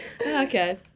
Okay